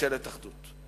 ממשלת אחדות?